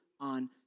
on